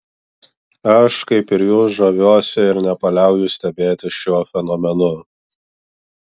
aš kaip ir jūs žaviuosi ir nepaliauju stebėtis šiuo fenomenu